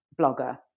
blogger